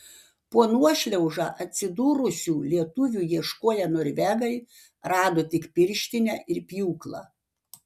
po nuošliauža atsidūrusių lietuvių ieškoję norvegai rado tik pirštinę ir pjūklą